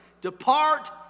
depart